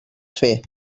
fer